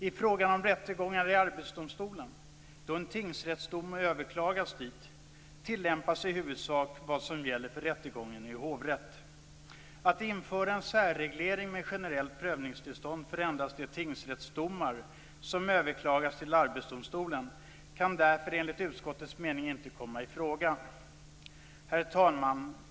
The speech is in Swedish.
I fråga om rättegången i Arbetsdomstolen, då en tingsrättsdom har överklagats dit, tillämpas i huvudsak vad som gäller för rättegången i hovrätt. Att införa en särreglering med generellt prövningstillstånd för endast de tingsrättsdomar som överklagas till Arbetsdomstolen kan därför enligt utskottets mening inte komma i fråga. Herr talman!